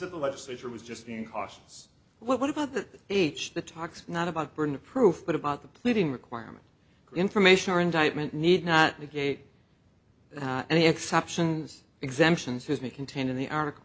that the legislature was just being cautious what about the age the talks not about burden of proof but about the pleading requirement information or indictment need not negate any exceptions exemptions has me contained in the article